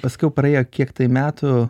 paskiau praėjo kiek metų